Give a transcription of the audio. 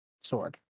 sword